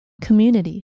Community